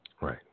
Right